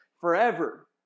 forever